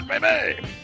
baby